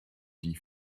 die